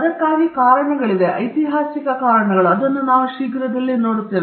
ಅದಕ್ಕಾಗಿ ಕಾರಣಗಳಿವೆ ಐತಿಹಾಸಿಕ ಕಾರಣಗಳು ನಾವು ಅದನ್ನು ಶೀಘ್ರದಲ್ಲಿಯೇ ಪಡೆಯುತ್ತೇವೆ